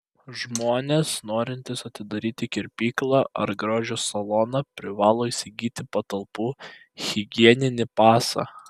žmonės norintys atidaryti kirpyklą ar grožio saloną privalo įsigyti patalpų higieninį pasą